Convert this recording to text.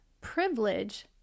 privilege